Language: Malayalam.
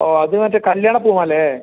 ഓ അത് മറ്റേ കല്ല്യാണ പൂമാലയോ